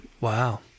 Wow